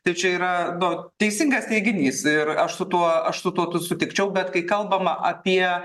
tai čia yra do teisingas teiginys ir aš su tuo aš su tuo tuo sutikčiau bet kai kalbama apie